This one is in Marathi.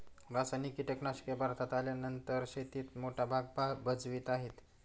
रासायनिक कीटनाशके भारतात आल्यानंतर शेतीत मोठा भाग भजवीत आहे